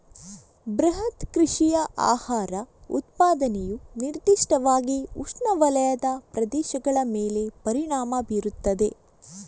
ಬೃಹತ್ ಕೃಷಿಯ ಆಹಾರ ಉತ್ಪಾದನೆಯು ನಿರ್ದಿಷ್ಟವಾಗಿ ಉಷ್ಣವಲಯದ ಪ್ರದೇಶಗಳ ಮೇಲೆ ಪರಿಣಾಮ ಬೀರುತ್ತದೆ